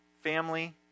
family